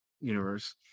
universe